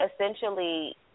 essentially